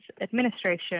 administration